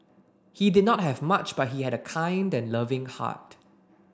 he did not have much but he had a kind and loving heart